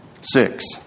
six